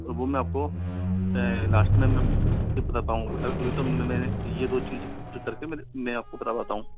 वो मैं आपको लास्ट में बता पाऊंगा अभी तो मैं ये दो चीज़ें करके मैं आपको बताता हूँ